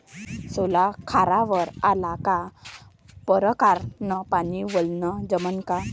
सोला खारावर आला का परकारं न पानी वलनं जमन का?